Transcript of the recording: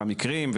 המקרים,